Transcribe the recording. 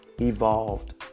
evolved